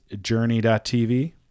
journey.tv